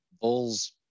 Bulls